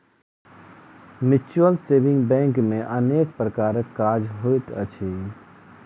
mutual saving bank मे अनेक प्रकारक काज होइत अछि